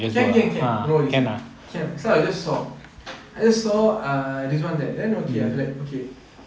can can can no worry can so I just saw I just saw err ridzwan there then okay after that okay